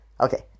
Okay